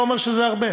אני לא אומר שזה הרבה,